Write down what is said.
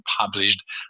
published